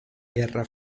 guerra